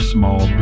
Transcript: Small